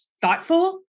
thoughtful